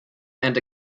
and